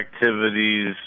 activities